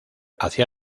hacía